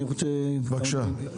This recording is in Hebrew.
אני רוצה לומר משהו.